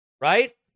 Right